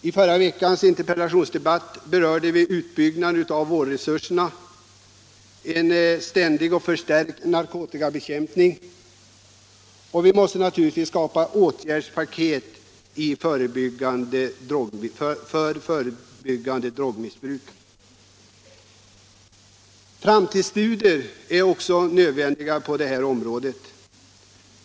I förra veckans interpellationsdebatt berörde vi en utbyggnad av vårdresurserna och en ständig och förstärkt narkotikabekämpning, och vi måste naturligtvis skapa åtgärdspaket för förebyggande av drogmissbruk. Framtidsstudier är också nödvändiga på detta område.